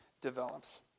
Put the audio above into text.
develops